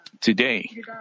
today